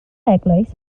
eglwys